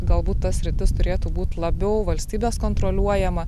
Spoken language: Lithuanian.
galbūt ta sritis turėtų būt labiau valstybės kontroliuojama